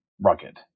rugged